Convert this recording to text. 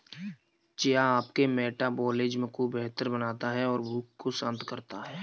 chia आपके metabolism को बेहतर बनाता है और भूख को शांत करता है